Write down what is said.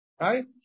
right